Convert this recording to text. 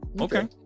Okay